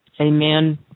Amen